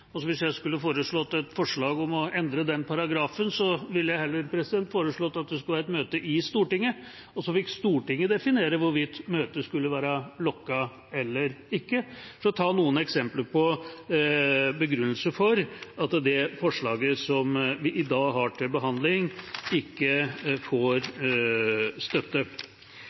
Hvis jeg skulle foreslått å endre den paragrafen, ville jeg heller foreslått at det skulle være et møte i Stortinget, og så fikk Stortinget definere hvorvidt møtet skulle være lukket eller ikke – for å ta noen eksempler på begrunnelsen for at det forslaget som vi i dag har til behandling, ikke får støtte.